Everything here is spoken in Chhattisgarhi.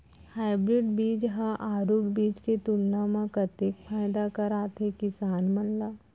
हाइब्रिड बीज हा आरूग बीज के तुलना मा कतेक फायदा कराथे किसान मन ला?